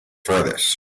furthest